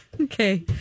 Okay